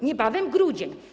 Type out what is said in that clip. Niebawem grudzień.